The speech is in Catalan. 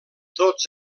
tots